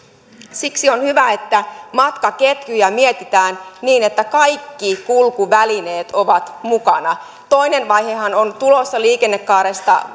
siksi on hyvä että matkaketjuja mietitään niin että kaikki kulkuvälineet ovat mukana toinen vaihehan on tulossa liikennekaaresta